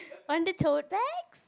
on the tote bag